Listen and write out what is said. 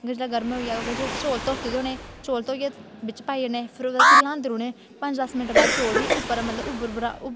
जिसलै गर्म होई जाह्ग चौल धोते दे होने चौल धोइयै बिच्च पाई औड़ने फिर ल्हांदै रौह्ने लाइयै दस मिंट बाद चौल बी उप्पर मतलब बुआला औंन लग्गी पौंदा